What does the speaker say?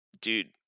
dude